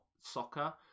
soccer